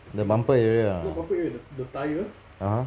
the bumper area ah (uh huh)